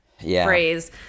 phrase